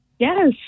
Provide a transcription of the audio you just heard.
Yes